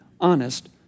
honest